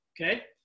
Okay